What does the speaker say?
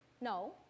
No